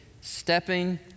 stepping